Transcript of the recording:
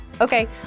Okay